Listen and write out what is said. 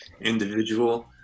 individual